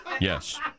Yes